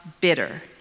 bitter